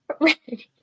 right